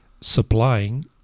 supplying